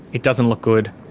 it doesn't look good.